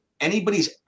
anybody's